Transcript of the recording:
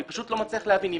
אני פשוט לא מצליח להבין.